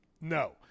No